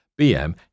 BM